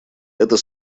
это